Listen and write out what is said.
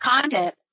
content